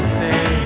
say